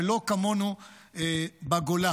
שלא כמונו בגולה.